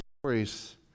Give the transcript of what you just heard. stories